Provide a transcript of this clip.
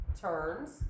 turns